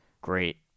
great